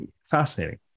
Fascinating